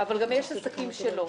אבל גם יש עסקים שלא,